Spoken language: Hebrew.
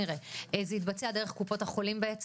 יתבצע דרך קופות החולים?